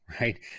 right